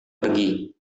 pergi